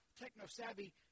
techno-savvy